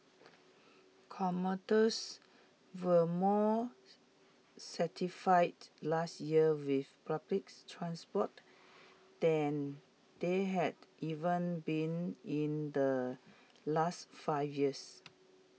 commuters were more satisfied last year with public transport than they had even been in the last five years